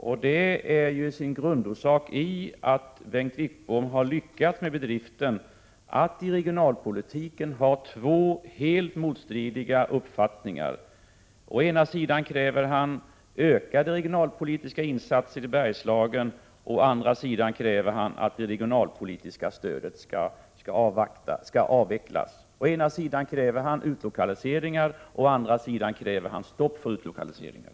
Grundorsaken är den att Bengt Wittbom har lyckats med bedriften att i regionalpolitiken ha två helt motstridiga uppfattningar: å ena sidan kräver han ökade regionalpolitiska insatser i Bergslagen, å andra sidan kräver han att det regionalpolitiska stödet skall avvecklas. Å ena sidan kräver han utlokaliseringar, å andra sidan kräver han stopp för utlokaliseringar.